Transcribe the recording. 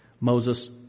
Moses